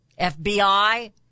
FBI